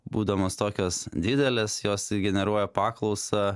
būdamos tokios didelės jos generuoja paklausą